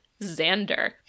Xander